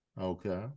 okay